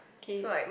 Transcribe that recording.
okay